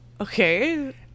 Okay